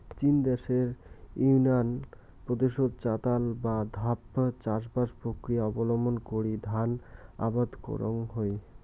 চীন দ্যাশের ইউনান প্রদেশত চাতাল বা ধাপ চাষবাস প্রক্রিয়া অবলম্বন করি ধান আবাদ করাং হই